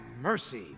mercy